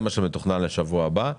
זה מה שמתוכנן לשבוע הבא,